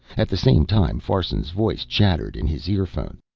at the same time farson's voice chattered in his earphones.